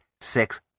six